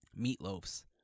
meatloafs